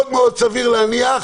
מאוד מאוד סביר להניח